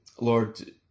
Lord